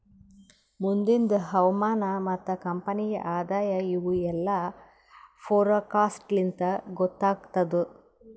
ಮುಂದಿಂದ್ ಹವಾಮಾನ ಮತ್ತ ಕಂಪನಿಯ ಆದಾಯ ಇವು ಎಲ್ಲಾ ಫೋರಕಾಸ್ಟ್ ಲಿಂತ್ ಗೊತ್ತಾಗತ್ತುದ್